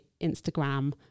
Instagram